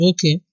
Okay